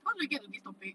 how we get to this topic